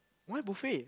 why buffet